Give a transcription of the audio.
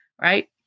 right